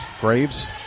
Graves